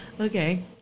Okay